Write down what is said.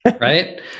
Right